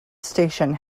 station